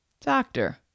Doctor